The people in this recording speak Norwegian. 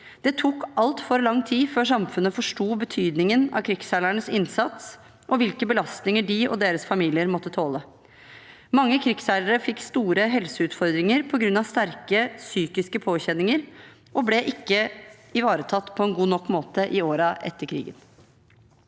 Det tok altfor lang tid før samfunnet forsto betydningen av krigsseilernes innsats og hvilke belastninger de og deres familier måtte tåle. Mange krigsseilere fikk store helseutfordringer på grunn av sterke psykiske påkjenninger og ble ikke ivaretatt på en god nok måte i årene etter krigen.